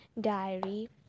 diary